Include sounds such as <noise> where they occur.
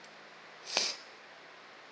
<breath>